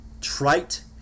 trite